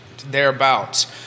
thereabouts